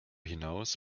hinaus